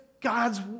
God's